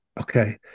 okay